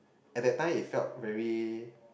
at that time it felt very